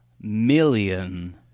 million